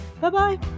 bye-bye